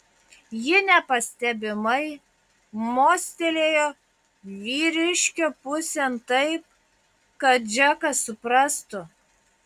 ji nepastebimai mostelėjo vyriškio pusėn taip kad džekas suprastų